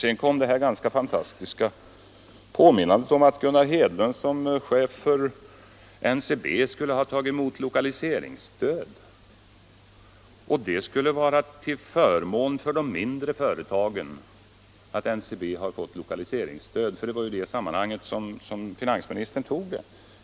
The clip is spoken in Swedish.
Sedan kom den ganska fantastiska upplysningen att Gunnar Hedlund som chef för NCB tagit emot lokaliseringsstöd och att det skulle vara till fördel för de mindre företagen — det var ju i samband med resonemanget om de mindre företagen som finansministern talade om att NCB har fått lokaliseringsstöd.